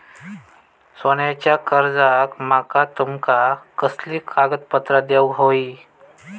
सोन्याच्या कर्जाक माका तुमका खयली कागदपत्रा देऊक व्हयी?